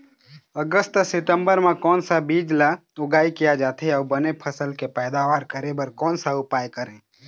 अगस्त सितंबर म कोन सा बीज ला उगाई किया जाथे, अऊ बने फसल के पैदावर करें बर कोन सा उपाय करें?